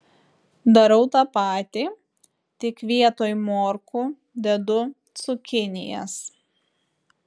darau tą patį tik vietoj morkų dedu cukinijas